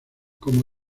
como